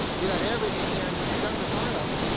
you got everything here and when you're done with harlem,